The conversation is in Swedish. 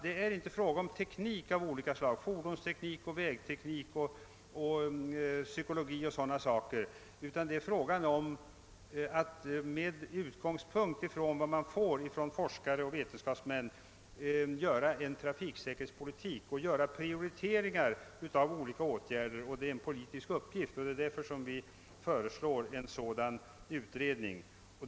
Det är inte fråga om teknik av olika slag — fordonsteknik, vägteknik, psykologi o. s. v. — utan det gäller att med utgångspunkt i de resultat man får från forskare och vetenskapsmän föra en trafiksäkerhetspolitik och göra prioriteringar av olika åtgärder. Det är en politisk uppgift, och det är därför som vi föreslår en sådan utredning.